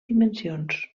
dimensions